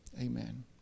amen